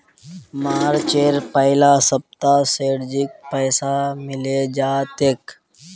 मार्चेर पहला सप्ताहत सेठजीक पैसा मिले जा तेक